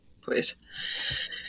Please